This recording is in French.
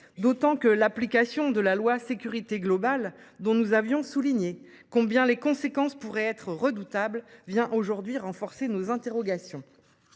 D'autant que l'application de la loi sécurité globale, dont nous avions souligné combien les conséquences pourraient être redoutables vient aujourd'hui renforcer nos interrogations